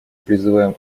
призываем